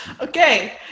Okay